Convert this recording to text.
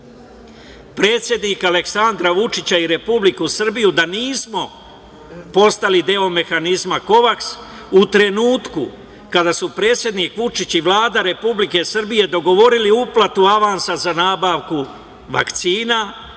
predsednika Aleksandra Vučića i Republiku Srbiju da nismo postali deo mehanizma Kovaks u trenutku kada su predsednik Vučić i Vlada Republike Srbije dogovorili uplatu avansa za nabavku vakcina